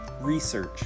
research